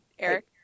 Eric